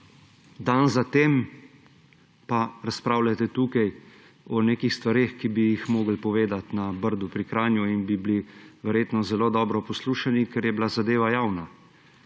dan za tem pa razpravljate tukaj o nekih stvareh, ki bi jih morali povedati na Brdu pri Kranju in bi bili verjetno zelo dobro poslušani, ker je bila zadeva javna.